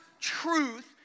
truth